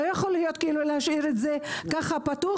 לא יכולים להשאיר את זה ככה פתוח